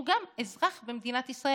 שהוא גם אזרח במדינת ישראל,